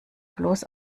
bloß